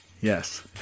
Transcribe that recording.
Yes